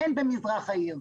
אין במזרח העיר.